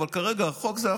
אבל כרגע החוק זה החוק.